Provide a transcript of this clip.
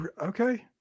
Okay